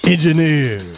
Engineer